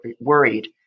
worried